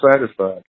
satisfied